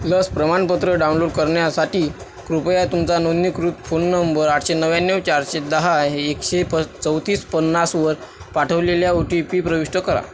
लस प्रमाणपत्र डाउनलोड करण्यासाठी कृपया तुमचा नोंदणीकृत फोन नंबर आठशे नव्याण्णव चारशे दहा एकशे प चौतीस पन्नासवर पाठवलेल्या ओ टी पी प्रविष्ट करा